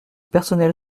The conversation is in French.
personnel